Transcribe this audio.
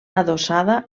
adossada